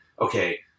okay